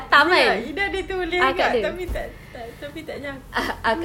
ida ida sudah tulis kak tapi tak tak tapi tak capai pun